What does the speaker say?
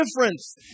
difference